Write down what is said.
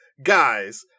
Guys